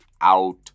out